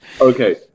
Okay